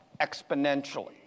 exponentially